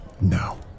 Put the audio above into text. No